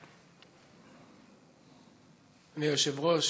אדוני היושב-ראש,